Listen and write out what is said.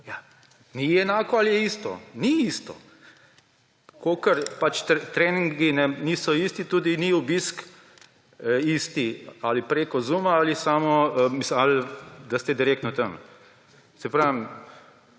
Ni enako ali je isto. Ni isto. Kakor pač treningi niso isti, tudi ni obisk isti preko Zooma ali da ste direktno tam. Saj pravim,